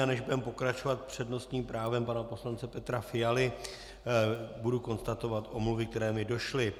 Než budeme pokračovat s přednostním právem pana poslance Petra Fialy, budu konstatovat omluvy, které mi došly.